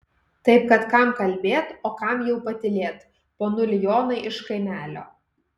taip kad kam kalbėt o kam jau patylėt ponuli jonai iš kaimelio